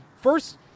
first –